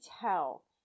tell